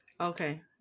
Okay